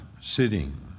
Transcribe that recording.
sitting